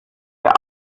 der